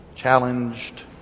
challenged